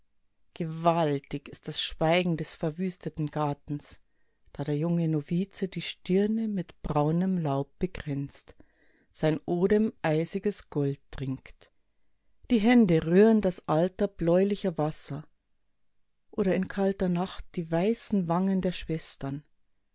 gewaltig ist das schweigen des verwüsteten gartens da der junge novize die stirne mit braunem laub bekränzt sein odem eisiges gold trinkt die hände rühren das alter bläulicher wasser oder in kalter nacht die weißen wangen der schwestern